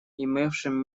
имевшим